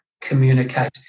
communicate